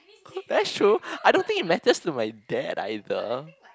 that's true I don't think it matters to my dad either